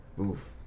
oof